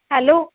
hello